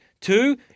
two